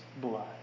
blood